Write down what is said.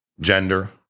gender